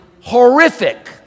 horrific